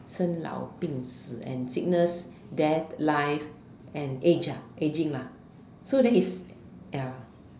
生老病死 and sickness death life and age lah aging lah so then his ya